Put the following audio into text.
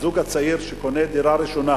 הזוג הצעיר שקונה דירה ראשונה